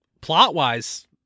plot-wise-